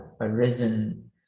arisen